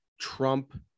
Trump